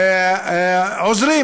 עוזרים.